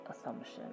assumption